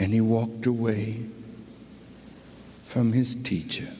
and he walked away from his teacher